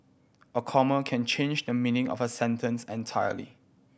a comma can change the meaning of a sentence entirely